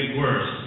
worse